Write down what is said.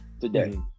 today